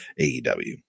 AEW